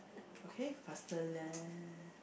okay faster lah